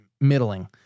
middling